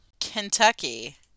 Kentucky